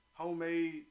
Homemade